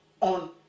on